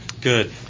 Good